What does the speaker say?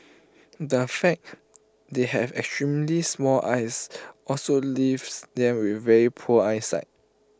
the fact they have extremely small eyes also leaves them with very poor eyesight